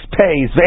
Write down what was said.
pays